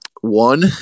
One